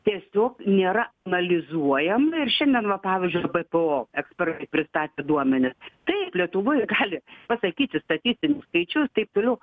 tiesiog nėra analizuojama ir šiandien va pavyzdžiui ebpo ekspertai pristatė duomenis taip lietuvoj gali pasakyti statistinius skaičius taip toliau